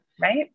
Right